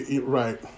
Right